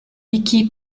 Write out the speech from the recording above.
wiki